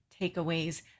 takeaways